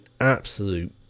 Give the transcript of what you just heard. absolute